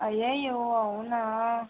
అయ్యయ్యో అవునా